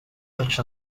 such